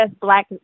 black